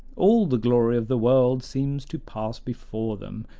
all the glory of the world seems to pass before them,